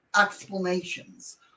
explanations